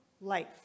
life